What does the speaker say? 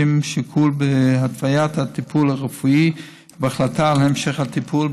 אינו שום שיקול בהתוויית הטיפול הרפואי ובהחלטה על המשך הטיפול,